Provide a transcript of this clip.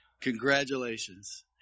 congratulations